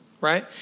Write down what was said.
right